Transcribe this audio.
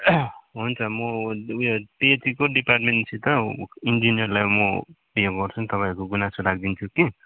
हुन्छ मो उयो पी एच ईको डिपार्टमेन्टसित इन्जिन्यरलाई म उयो गर्छु तपाईँको गुनासो राखिदिन्छु कि